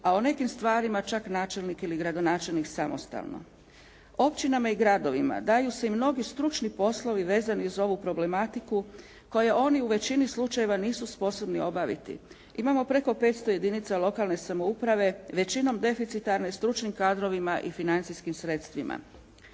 a o nekim stvarima čak načelnik ili gradonačelnik samostalno. Općinama i gradovima daju se i mnogi stručni poslovi vezani uz ovu problematiku koje oni u većini slučajeva nisu sposobni obaviti. Imamo preko 500 jedinica lokalne samouprave većinom deficitarne i stručnim kadrovima i financijskim sredstvima.